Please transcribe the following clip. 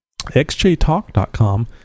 xjtalk.com